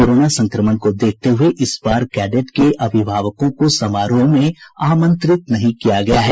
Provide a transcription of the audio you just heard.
corona संक्रमण को देखते हुए इस बार कैडेट के अभिभावकों को समारोह में आमंत्रित नहीं किया गया है